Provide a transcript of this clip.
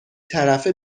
طرفه